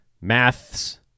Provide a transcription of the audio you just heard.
Maths